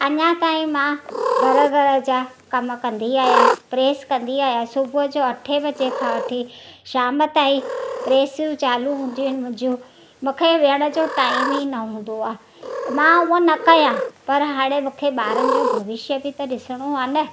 अञा ताईं मां घरु घर जा कम कंदी आहियां प्रेस कंदी आहियां सुबूह जो अठे बजे खां वठी शाम ताईं प्रेसूं चालू हूंदियूं आहिनि मुंजूं मुख वेहण जो टाइम ई न हूंदो आहे मां उहो न कयां पर हाणे मूंखे ॿारनि जो भविष्य बि त ॾिसणो आहे न